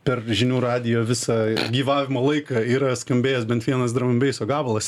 per žinių radijo visą gyvavimo laiką yra skambėjęs bent vienas dramambeiso gabalas